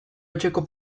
etxeko